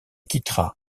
quittera